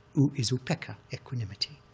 u is upekkha, equanimity,